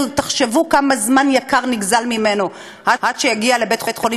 תחשבו כמה זמן יקר נגזל ממנו עד שהוא יגיע לבית-חולים